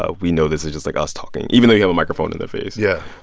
ah we know this is just, like, us talking, even though you have a microphone in their face. yeah.